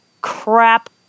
crap